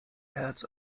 herz